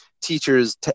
teachers